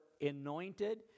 anointed